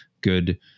good